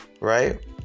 right